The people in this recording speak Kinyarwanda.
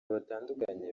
batandukanye